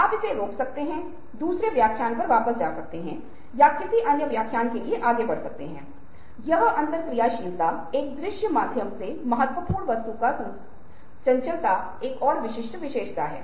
और classroom की कई स्थितियों में गहन सोच और समस्या को हल करने का बढ़ावा देने के लिए हमें उस पर अपने छात्रों को प्रशिक्षित करने की आवश्यकता है